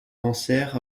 cancer